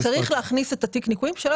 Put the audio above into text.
הוא צריך להכניס את מספר תיק הניכויים כדי שלא